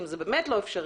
אם זה באמת לא אפשרי,